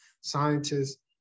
scientists